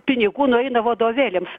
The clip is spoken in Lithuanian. pinigų nueina vadovėliams